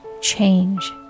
change